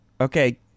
Okay